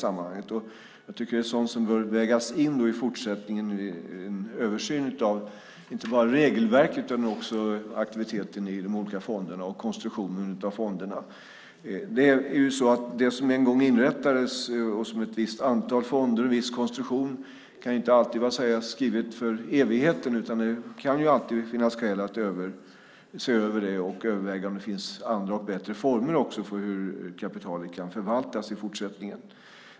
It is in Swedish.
Det är sådant som bör vägas in i fortsättningen vid en översyn av regelverket, aktiviteten i de olika fonderna och konstruktionen av fonderna. Det som en gång inrättades som ett visst antal fonder med en viss konstruktion kan inte vara skrivet för evigheten. Det kan alltid finnas skäl att se över det och överväga om det finns andra och bättre former för hur kapitalet kan förvaltas i fortsättningen.